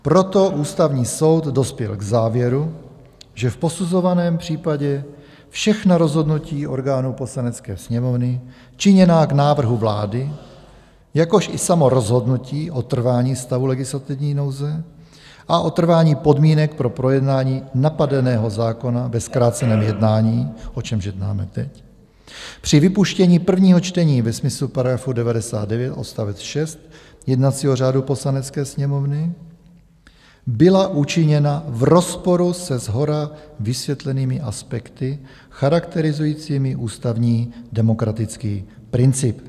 Proto Ústavní soud dospěl k závěru, že v posuzovaném případě všechna rozhodnutí orgánů Poslanecké sněmovny činěná k návrhu vlády, jakož i samo rozhodnutí o trvání stavu legislativní nouze a o trvání podmínek pro projednání napadeného zákona ve zkráceném jednání, o čemž jednáme teď, při vypuštění prvního čtení ve smyslu § 99 odst. 6 jednacího řádu Poslanecké sněmovny byla učiněna v rozporu se shora vysvětlenými aspekty charakterizujícími ústavní demokratický princip.